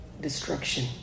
destruction